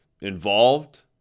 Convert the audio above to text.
involved